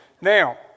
Now